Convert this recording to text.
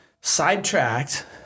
sidetracked